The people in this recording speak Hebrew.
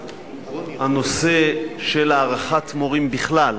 הנושא של הערכת מורים בכלל,